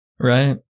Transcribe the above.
Right